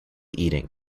eating